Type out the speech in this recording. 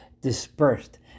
dispersed